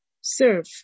serve